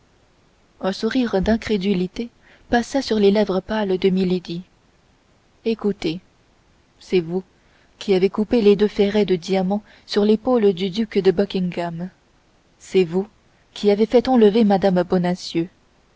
un sourire d'incrédulité passa sur les lèvres pâles de milady écoutez c'est vous qui avez coupé les deux ferrets de diamants sur l'épaule du duc de buckingham c'est vous qui avez fait enlever mme